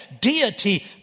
deity